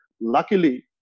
Luckily